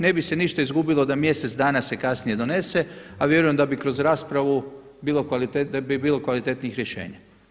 Ne bi se ništa izgubilo da mjesec dana se kasnije donose, a vjerujem da bi kroz raspravu da bi bilo kvalitetnijih rješenja.